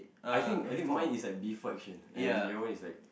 I think I think mine is like before action and your one is like